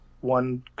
One